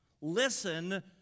listen